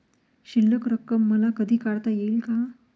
शिल्लक रक्कम मला कधी काढता येईल का?